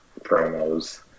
promos